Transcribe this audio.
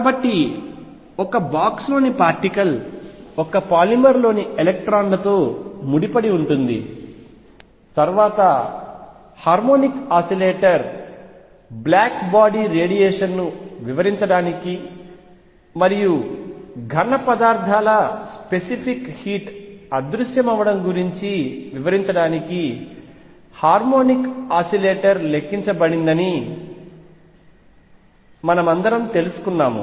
కాబట్టి ఒక బాక్స్లోని పార్టికల్ ఒక పాలిమర్లోని ఎలక్ట్రాన్లతో ముడిపడి ఉంటుంది తరువాత హార్మోనిక్ ఆశిలేటర్ బ్లాక్ బాడీ రేడియేషన్ను వివరించడానికి మరియు ఘనపదార్థాల స్పెసిఫిక్ హీట్ అదృశ్యమవడం గురించి వివరించడానికి హార్మోనిక్ ఆశిలేటర్ లెక్కించబడిందని మనమందరం తెలుసుకున్నాము